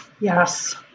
Yes